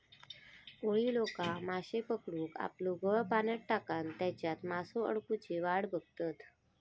कोळी लोका माश्ये पकडूक आपलो गळ पाण्यात टाकान तेच्यात मासो अडकुची वाट बघतत